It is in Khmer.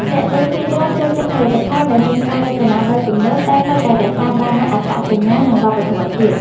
អ្នកទិញភាគច្រើនចូលចិត្តផលិតផលដែលមានការរចនាបែបទំនើបតែនៅតែរក្សាបាននូវអត្តសញ្ញាណ និងវប្បធម៌ជាតិ។